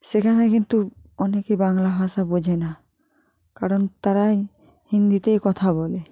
সেখানে কিন্তু অনেকই বাংলা ভাষা বোঝে না কারণ তারাই হিন্দিতেই কথা বলে